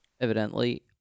evidently